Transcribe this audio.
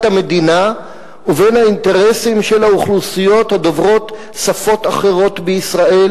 המדינה ובין האינטרסים של האוכלוסיות הדוברות שפות אחרות בישראל,